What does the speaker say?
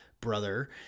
brother